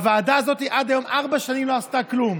הוועדה הזאת עד היום, ארבע שנים, לא עשתה כלום.